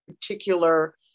particular